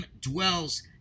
dwells